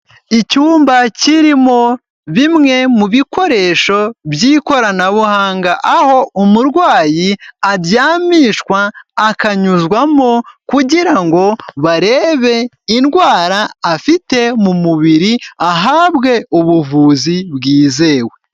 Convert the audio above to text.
Icyumba kirimo bimwe mu bikoresho by'ikoranabuhanga, aho umurwayi aryamishwa akanyuzwamo kugira ngo barebe indwara afite mu mubiri ahabwe ubuvuzi bwizewe.